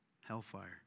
Hellfire